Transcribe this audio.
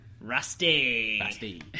Rusty